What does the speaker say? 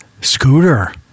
Scooter